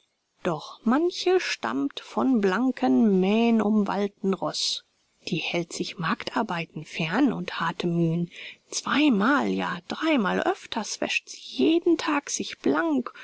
doch manche stammt vom blanken mähnumwallten roß die hält sich magdarbeiten fern und harte müh'n zweimal ja dreimal öfters wäscht sie jeden tag sich blank